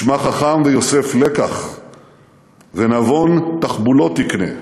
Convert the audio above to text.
"ישמע חכם ויוסף לקח ונבון תחבֻּלות יקנה",